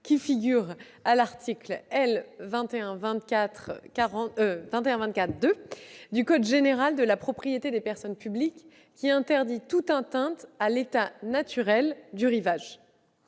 figurant à l'article L. 2124-2 du code général de la propriété des personnes publiques, lequel interdit toute atteinte à l'état naturel du rivage.